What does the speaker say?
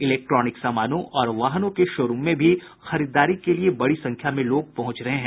electronic सामानों और वाहनों के शो रूम में भी खरीदारी के लिए बड़ी संख्या में लोग पहुंच रहे हैं